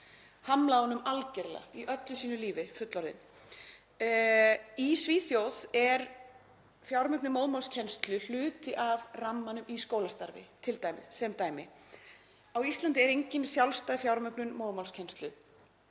honum algerlega í öllu sínu lífi sem fullorðinn. Í Svíþjóð er fjármögnun móðurmálskennslu hluti af rammanum í skólastarfi sem dæmi. Á Íslandi er engin sjálfstæð fjármögnun móðurmálskennslu